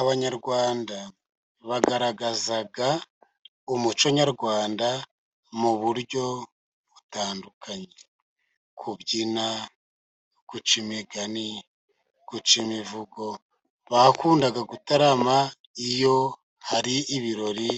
Abanyarwanda bagaragaza umuco nyarwanda mu buryo butandukanye, kubyina, guca imigani, guca imivugo, bakundaga gutarama iyo hari ibirori